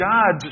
God